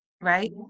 Right